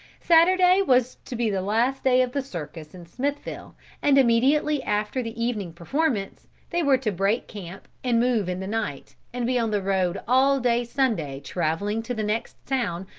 saturday was to be the last day of the circus in smithville and immediately after the evening performance they were to break camp and move in the night, and be on the road all day sunday traveling to the next town,